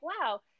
wow